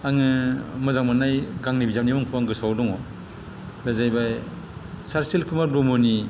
आङो मोजां मोननाय गांनै बिजाबनि मुंखौ आङो गोसोआव दङ बे जाहैबाय सारसिल कुमार ब्रह्मनि